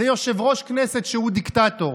זה יושב-ראש כנסת שהוא דיקטטור.